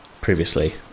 previously